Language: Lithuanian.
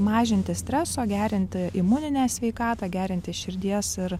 mažinti streso gerinti imuninę sveikatą gerinti širdies ir